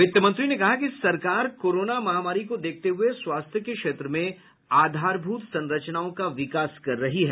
वित्त मंत्री ने कहा कि सरकार कोरोना महामारी को देखते हुए स्वास्थ्य के क्षेत्र में आधारभूत संरचनाओं का विकास कर रही है